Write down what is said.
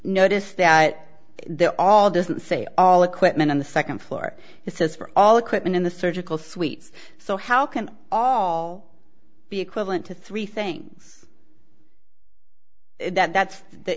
notice that they're all doesn't say all equipment on the second floor he says for all equipment in the surgical suites so how can all be equivalent to three things that's th